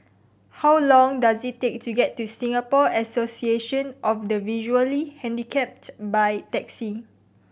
how long does it take to get to Singapore Association of the Visually Handicapped by taxi